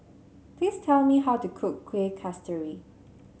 please tell me how to cook Kuih Kasturi